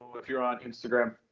if you're on instagram,